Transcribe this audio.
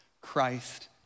Christ